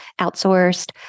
outsourced